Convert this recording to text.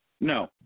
No